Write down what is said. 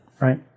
right